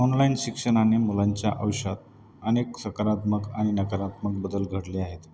online शिक्षणानी मुलांच्या आयुष्यात अनेक सकारात्मक आणि नकारात्मक बदल घडले आहेत